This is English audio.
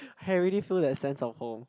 I really feel that sense of home